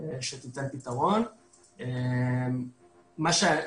שמתחברת לגשר העליון של הכניסה לצד היהודי של מערת המכפלה.